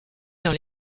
dans